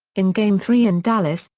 in game three in dallas,